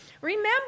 remember